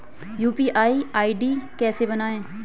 UPI ID कैसे बनाएं?